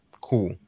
cool